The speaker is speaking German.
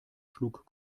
schlug